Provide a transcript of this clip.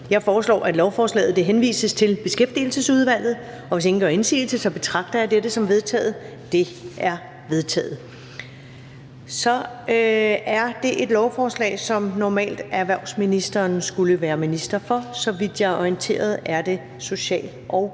Jeg foreslår, at lovforslaget henvises til Beskæftigelsesudvalget. Hvis ingen gør indsigelse, betragter jeg dette som vedtaget. Det er vedtaget. Så skal vi til et lovforslag, som erhvervsministeren normalt skulle være minister for, men så vidt jeg er orienteret, er det social- og